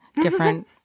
different